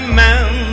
man